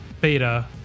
Beta